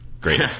Great